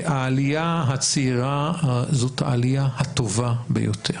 העלייה הצעירה זאת העלייה הטובה ביותר,